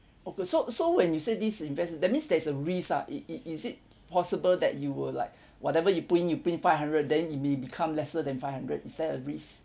okay so so when you say this invest that means there's a risk ah it it is it possible that you will like whatever you put in you put in five hundred then it may become lesser than five hundred is there a risk